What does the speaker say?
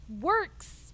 works